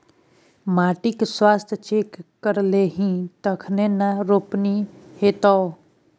माटिक स्वास्थ्य चेक करेलही तखने न रोपनी हेतौ